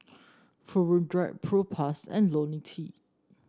Hirudoid Propass and IoniL T